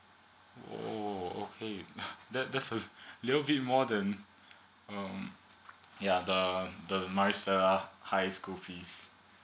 oh okay that the will be a little bit more than um ya the uh the the maris stella high school fees